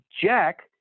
Jack